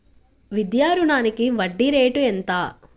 విద్యా రుణానికి వడ్డీ రేటు ఎంత?